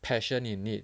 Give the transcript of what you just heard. passion in it